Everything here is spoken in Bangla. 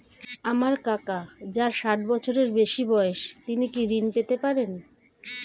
আমার কাকা যার ষাঠ বছরের বেশি বয়স তিনি কি ঋন পেতে পারেন?